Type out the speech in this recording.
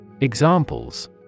Examples